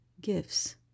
gifts